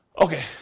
Okay